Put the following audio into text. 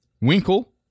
Winkle